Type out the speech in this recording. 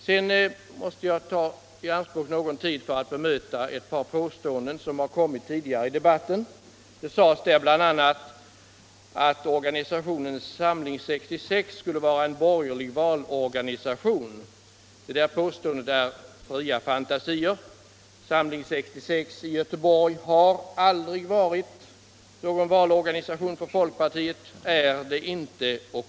Sedan måste jag ta i anspråk någon tid för att bemöta ett par påståenden som har gjorts tidigare i debatten. Det sades bl.a. att organisationen Samling 66 skulle vara en borgerlig valorganisation. Det påståendet är fria fantasier. Samling 66 i Göteborg har aldrig varit, är inte och kommer aldrig att bli någon valorganisation för folkpartiet. Därmed nog sagt.